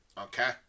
Okay